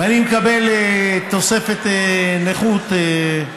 ואני מקבל תוספת נכות,